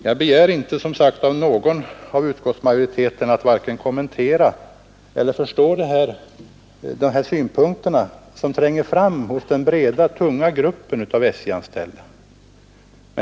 Jag begär inte att någon inom utskottsmajoriteten skall vare sig kommentera eller förstå dessa synpunkter som tränger fram hos den breda, tunga gruppen av SJ-anställda.